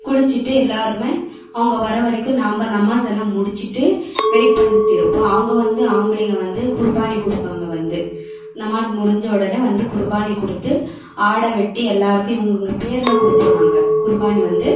குளிச்சிவிட்டு எல்லாருமே அவங்க வர வரைக்கும் நம்ப நமாஸ் எல்லாம் முடிச்சிவிட்டு வெயிட் பண்ணிட்டு இருப்போம் அவங்க வந்து ஆம்பளைங்க வந்து குர்பானி கொடுப்பாங்க வந்து நமா முடிஞ்ச உடனே வந்து குர்பானி கொடுத்து ஆடை வெட்டி எல்லாருக்கும் இவங்க இவங்க பேரில் கொடுப்போம் நாங்கள் குர்பானி வந்து